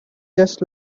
just